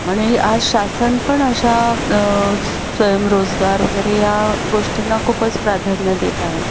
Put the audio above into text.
आणि आज शासन पण अशा स्वयंरोजगार वगैरे या गोष्टींना खूपच प्राधान्य देत आहे